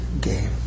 game